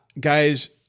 Guys